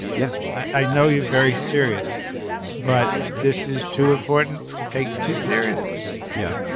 yeah i know you're very serious but this is too important to take too seriously yeah.